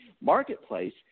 marketplace